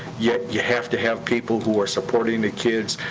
yeah you have to have people who are supporting the kids,